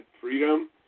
freedom